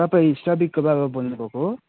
तपाईँ स्रबिकको बाबा बोल्नु भएको हो